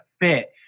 fit